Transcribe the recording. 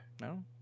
No